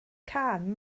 cân